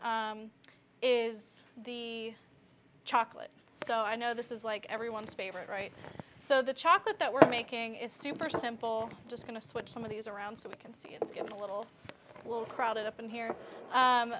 is the chocolate so i know this is like everyone's favorite right so the chocolate that we're making is super simple just going to switch some of these around so we can see it's getting a little will crowded up in here